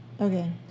okay